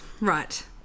Right